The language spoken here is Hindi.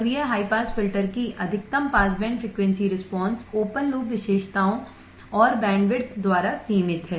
सक्रिय हाई पास फिल्टर की अधिकतम pass band frequency response open loop विशेषताओं और बैंडविड्थ द्वारा सीमित है